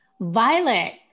Violet